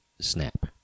snap